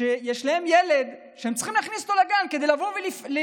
שיש להם ילד והם צריכים להכניס אותו לגן כדי לבוא ולטפל